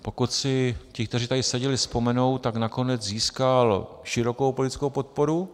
Pokud si ti, kteří tady seděli, vzpomenou, tak nakonec získal širokou politickou podporu.